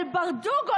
של ברדוגו,